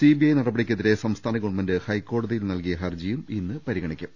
CBI നടപടിക്കെ തിരെ സംസ്ഥാന ഗവൺമെന്റ് ഹൈക്കോടതിയിൽ നൽകിയ ഹർജിയും ഇന്ന് പരിഗണിക്കും